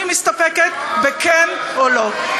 אני מסתפקת ב"כן" או "לא".